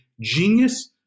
genius